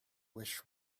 wish